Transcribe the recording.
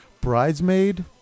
Bridesmaid